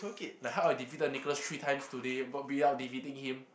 like how I defeated Nicholas three times today but without defeating him